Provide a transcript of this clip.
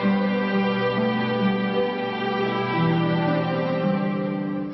she